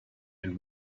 and